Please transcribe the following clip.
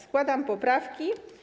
Składam poprawki.